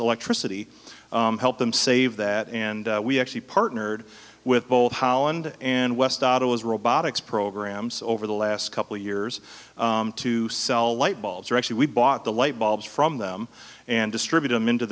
electricity help them save that and we actually partnered with both holland and west ottawa's robotics programs over the last couple years to sell light bulbs or actually we bought the light bulbs from them and distribute them into